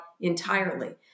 entirely